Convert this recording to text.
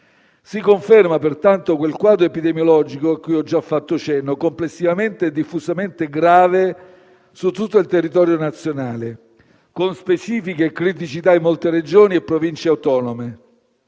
Si conferma pertanto quel quadro epidemiologico, a cui ho già fatto cenno, complessivamente e diffusamente grave su tutto il territorio nazionale, con specifiche criticità in molte Regioni e Province autonome.